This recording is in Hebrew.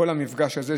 כל המפגש הזה,